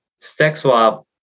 Stackswap